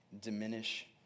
diminish